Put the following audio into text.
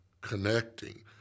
connecting